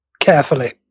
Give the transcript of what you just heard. carefully